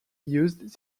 used